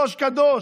קדוש,